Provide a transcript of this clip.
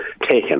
taken